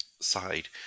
side